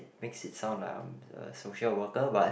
makes it sound like I'm a social worker but